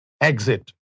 exit